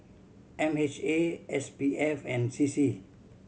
M H A S P F and C C